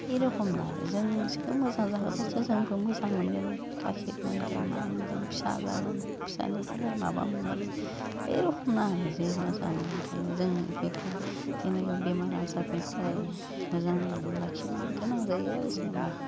बे रखम आरो जों इसोरखौ मोजां जाहोबासो जोंबो मोजां मोनगोन गाखिर मोनगोन मा मोनगोन फिसा जागोन फिसानिफ्राय माबा मोनगोन बे रखम आरो जे मोजां जों इफोरखो जेनेबा बेमार आजारनिफ्राय मोजां लाखिनो गोनां जायो आरो जेन'बा